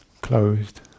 closed